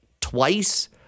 twice